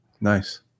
Nice